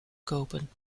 kopen